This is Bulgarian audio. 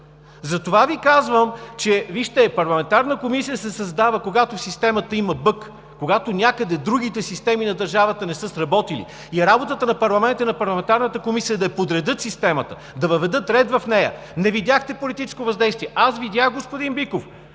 е около Вас? Вижте, парламентарна комисия се създава, когато в системата има бъг, когато някъде другите системи на държавата не са сработили, и работата на парламента и на парламентарната комисия е да подредят системата, да въведат ред в нея. Не видяхте политическо въздействие?! Аз видях, господин Биков!